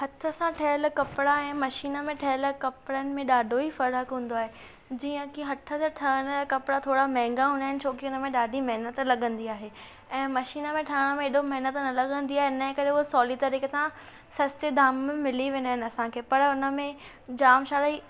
हथ सां ठहियल कपिड़ा ऐं मशीन में ठहियल कपिड़नि में ॾाढो ई फ़र्क़ हूंदो आहे जीअं कि हथ सां ठहण जा कपिड़ा थोरा महांगा हूंदा आहिनि छो कि हुन में ॾाढी महिनत लॻंदी आहे ऐं मशीन में ठहण में एॾो महिनत न लॻंदी आहे इन करे हो सवली तरीक़े सां सस्ते दाम में मिली वेंदा आहिनि असांखे पर उन में जाम सारा ई